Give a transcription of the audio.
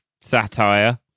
satire